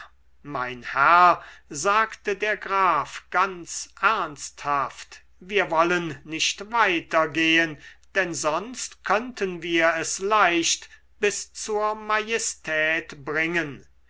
mein herr sagte der graf ganz ernsthaft wir wollen nicht weiter gehen denn sonst könnten wir es leicht bis zur majestät bringen